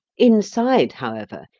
inside, however,